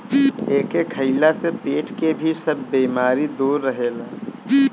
एके खइला से पेट के भी सब बेमारी दूर रहेला